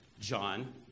John